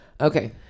Okay